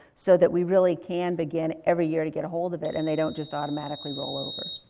so that we really can begin every year to get ahold of it. and they don't just automatically roll over.